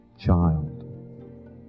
child